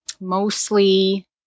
Mostly